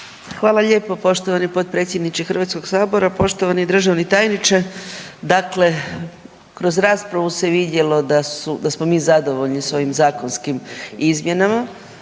Hvala lijepa poštovani potpredsjedniče Hrvatskog sabora. Poštovani državni tajniče, dakle kroz raspravu se vidjelo da smo mi zadovoljni s ovim zakonskim izmjenama,